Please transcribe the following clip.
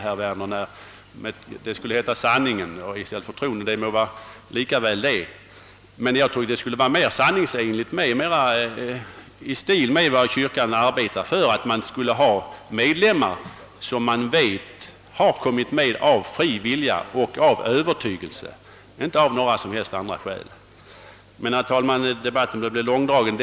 Det skulle alltså heta »sanningen» i stället för »tron», och det kan gå lika bra. Jag tror att det skulle vara mera sanningsenligt och mer i överensstämmelse med kyrkans syn att ha medlemmar, som man vet har kom : mit med av fri vilja och av övertygelse och inte av några andra skäl. Herr talman! Debatten börjar dra ut på tiden.